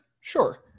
sure